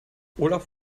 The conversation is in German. olaf